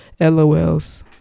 lols